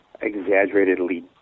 exaggeratedly